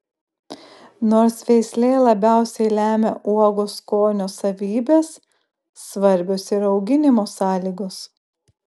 nors veislė labiausiai lemia uogos skonio savybes svarbios ir auginimo sąlygos